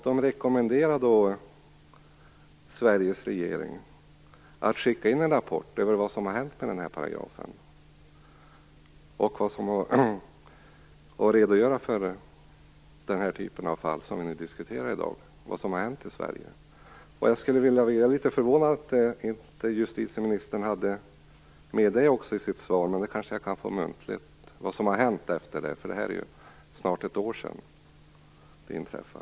De rekommenderar Sveriges regering att skicka in en rapport över vad som har hänt med paragrafen och redogöra för vad som har hänt i Sverige vad gäller den typ av fall som vi diskuterar i dag. Jag är litet förvånad över att justitieministern inte svarade på de frågorna i sitt svar. Jag kanske kan få ett muntligt svar på frågan vad som har hänt efter detta. Det är snart ett år sedan det inträffade.